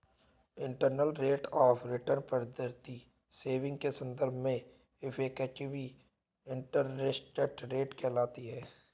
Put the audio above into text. internal rate of return पद्धति saving के संदर्भ में इफेक्टिव इंटरेस्ट रेट कहलाती है